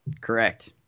Correct